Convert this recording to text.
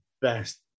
best